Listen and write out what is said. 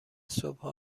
صبحها